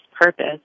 purpose